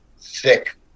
thick